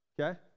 okay